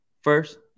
first